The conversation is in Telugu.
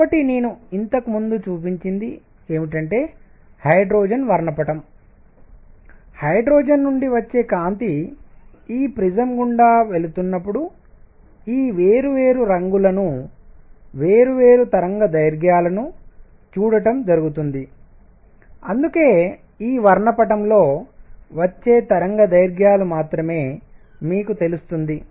కాబట్టి నేను ఇంతకు ముందు మీకు చూపించింది ఏమిటంటే హైడ్రోజన్ వర్ణపటం హైడ్రోజన్ నుండి వచ్చే కాంతి ఈ ప్రిసం గుండా వెళుతున్నప్పుడు ఈ వేర్వేరు రంగులను వేర్వేరు తరంగదైర్ఘ్యాలను చూడటం జరుగుతుంది అందుకే ఈ వర్ణపటం లో వచ్చే తరంగదైర్ఘ్యాలు మాత్రమే మీకు తెలుస్తుంది